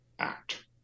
act